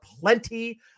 plenty